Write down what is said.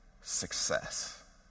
success